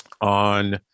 on